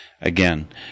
Again